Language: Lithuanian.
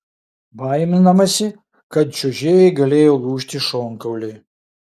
baiminamasi kad čiuožėjai galėjo lūžti šonkauliai